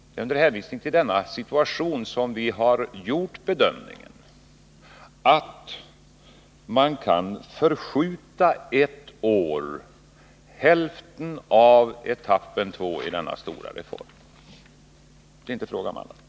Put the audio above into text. Det är under hänvisning till denna situation som vi har gjort bedömningen att man ett år kan förskjuta hälften av etapp 2 i denna stora reform. Det är inte fråga om annat.